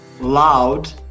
loud